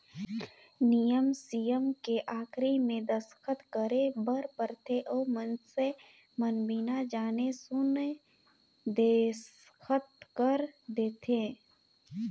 नियम सियम के आखरी मे दस्खत करे बर परथे अउ मइनसे मन बिना जाने सुन देसखत कइर देंथे